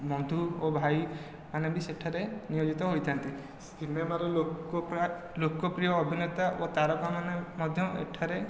ବନ୍ଧୁ ଓ ଭାଇ ମାନେ ବି ସେଠାରେ ନିୟୋଜିତ ହୋଇଥାନ୍ତି ସିନେମାର ଲୋକ ଲୋକପ୍ରିୟ ଅଭିନେତା ଓ ତାରକା ମାନେ ମଧ୍ୟ ଏଠାରେ